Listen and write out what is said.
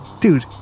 dude